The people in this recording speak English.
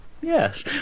Yes